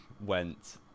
went